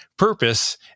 Purpose